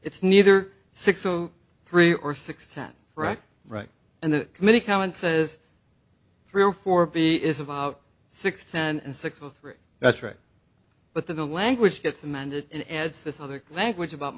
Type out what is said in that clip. it's neither six o three or six ten right right and the committee come and says three or four b is about sixteen and six or three that's right but the language gets them and it adds this other language about